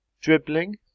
Dribbling